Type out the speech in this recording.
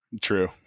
True